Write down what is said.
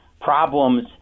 problems